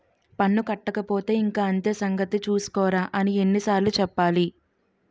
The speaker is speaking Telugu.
పన్ను కట్టకపోతే ఇంక అంతే సంగతి చూస్కోరా అని ఎన్ని సార్లు చెప్పాలి